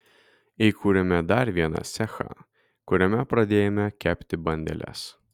įkūrėme dar vieną cechą kuriame pradėjome kepti bandeles